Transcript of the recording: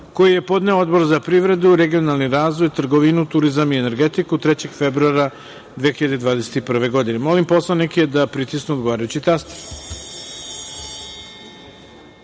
koji je podneo Odbor za privredu, regionalni razvoj, trgovinu, turizam i energetiku 3. februara 2021. godine. Molim poslanike da pritisnu odgovarajući